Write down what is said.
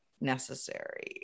necessary